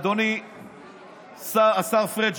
אדוני השר פריג',